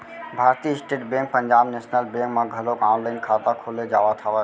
भारतीय state bank Punjab national bank म घलोक ऑनलाईन खाता खोले जावत हवय